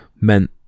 meant